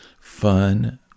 fun